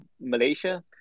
Malaysia